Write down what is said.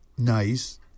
nice